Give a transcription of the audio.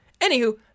Anywho